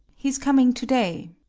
he's coming to-day.